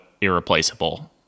irreplaceable